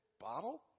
bottle